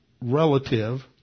relative